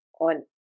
on